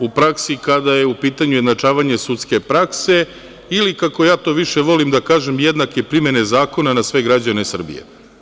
u praksi kada je u pitanju izjednačavanje sudske prakse ili, kako ja to više volim da kažem, jednake primene zakona na sve građane Srbije.